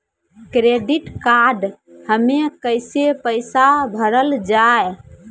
Credit card हम्मे कैसे पैसा भरल जाए?